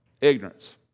ignorance